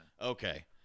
Okay